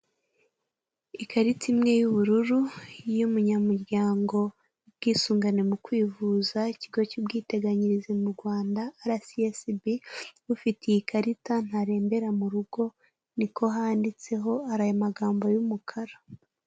Ikarita imwe y'ubururu y'umunyamuryango w'ubwisungane mu kwivuza, ikigo cy'ubwiteganyirize mu Rwanda RSSB, ufite iyi karita ntarembera mu rugo niko handitseho ayo magambo y'umukara.